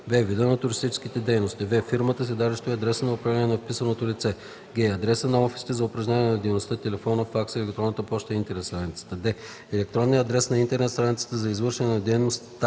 б) вида на туристическите дейности; в) фирмата, седалището и адреса на управление на вписаното лице; г) адреса на офисите за упражняване на дейността, телефона, факса, електронната поща, интернет страницата; д) електронния адрес на интернет страницата за извършване на дейността